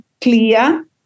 clear